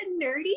nerdy